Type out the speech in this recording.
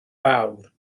fawr